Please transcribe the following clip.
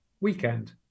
weekend